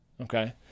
okay